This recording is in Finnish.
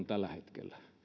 tällä hetkellä ja